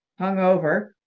hungover